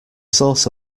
source